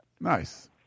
Nice